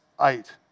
eight